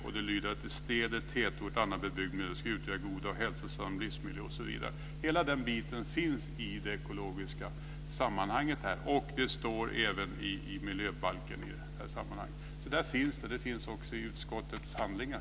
Städer, tätorter och annan bebyggd miljö ska utgöras av god hälsosam livsmiljö osv. Hela den biten finns med i det ekologiska sammanhanget, och detta står även i miljöbalken. Detta finns också med i utskottets handlingar.